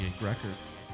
Records